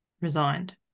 resigned